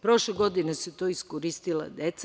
Prošle godine su to iskoristila deca.